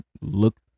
look